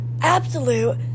absolute